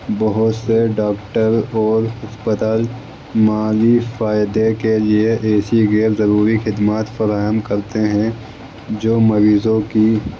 بہت سے ڈاکٹر اور اسپتال مالی فائدے کے لیے ایسی غیر ضروری خدمات فراہم کرتے ہیں جو مریضوں کی